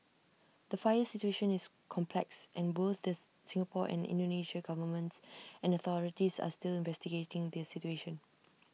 the fire situation is complex and both the Singapore and Indonesia governments and authorities are still investigating the situation